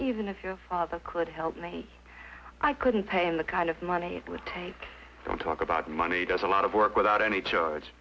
even if your father could help me i couldn't pay him the kind of money it would take don't talk about money does a lot of work without any charge